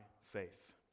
faith